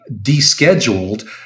descheduled